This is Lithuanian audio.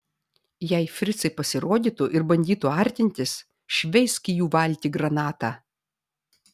jei fricai pasirodytų ir bandytų artintis šveisk į jų valtį granatą